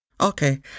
Okay